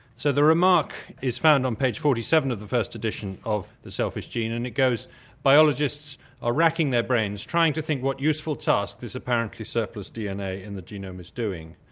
so the remark is found on page forty seven of the first edition of the selfish gene, and it goes biologists are wracking their brains trying to think what useful tasks this apparently surplus dna in the genome is doing.